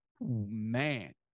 man